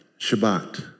Shabbat